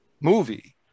movie